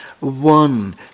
One